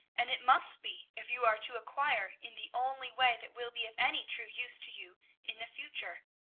and it must be if you are to acquire in the only way that will be of any true use to you in the future.